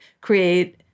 create